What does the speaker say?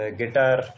guitar